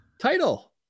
title